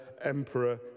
Emperor